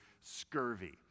scurvy